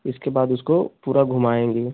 इसके बाद उसको पूरा घुमाएंगे